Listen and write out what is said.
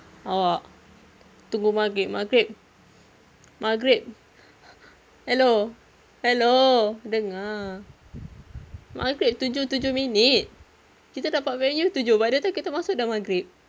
awak tunggu maghrib maghrib maghrib hello hello dengar maghrib tujuh tujuh minit kita dapat venue tujuh by the time kita masuk dah maghrib